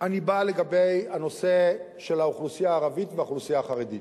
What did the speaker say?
לגבי האוכלוסייה החרדית והאוכלוסייה הערבית.